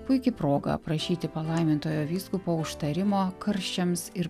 puiki proga prašyti palaimintojo vyskupo užtarimo karščiams ir